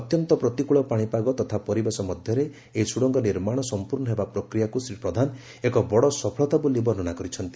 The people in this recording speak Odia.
ଅତ୍ୟନ୍ତ ପ୍ରତିକୃଳ ପାଣିପାଗ ତଥା ପରିବେଶ ମଧ୍ୟରେ ଏହି ଟର୍ଣ୍ଣେଲ ନିର୍ମାଣ ସମ୍ପୂର୍ଣ୍ଣ ହେବା ପ୍ରକ୍ରିୟାକୁ ଶ୍ରୀ ପ୍ରଧାନ ଏକ ବଡ ସଫଳତା ବୋଲି ବର୍ଣ୍ଣନା କରିଛନ୍ତି